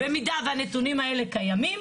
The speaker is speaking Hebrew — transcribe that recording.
במידה והנתונים האלה קיימים,